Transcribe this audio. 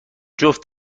جفت